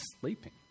sleeping